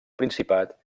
principat